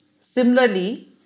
Similarly